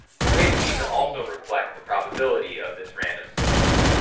the weights need to also reflect the probability of this random selection.